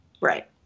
right